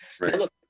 look